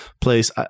place